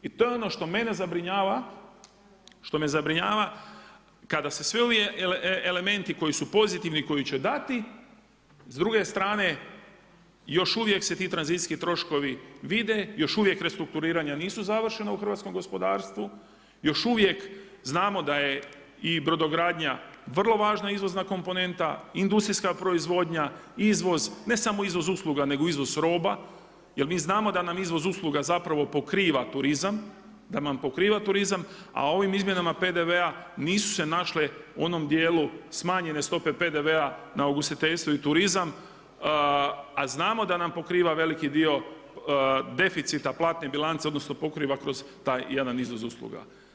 I to je ono što mene zabrinjava, što me zabrinjava, kada se svi ovi elementi koji su pozitivni i koji će dati, s druge strane još uvijek se ti tranzicijski troškovi vide, još uvijek restrukturiranja nisu završena u hrvatskom gospodarstvu još uvijek znamo da je i brodogradnja vrlo važna izvozna komponenta, industrijska proizvodnja, izvoz, ne samo izvoz usluga, nego izvoz roba jer mi znamo da nam izvoz usluga zapravo pokriva turizam, a ovim izmjenama PDV-a nisu se našle u onom dijelu smanjene stope PDV-a na ugostiteljstvo i turizam, a znamo da nam pokriva veliki dio deficita platne bilance odnosno pokriva kroz taj jedan izvoz usluga.